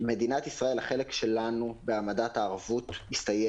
היא דורשת מדינות ארוכת טווח בשגרה וגם